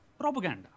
propaganda